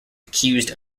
accused